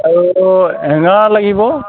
আৰু হেঙাৰ লাগিব